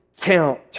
count